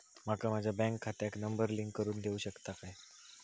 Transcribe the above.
माका माझ्या बँक खात्याक नंबर लिंक करून देऊ शकता काय?